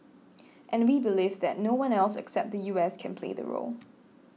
and we believe that no one else except the U S can play the role